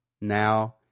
now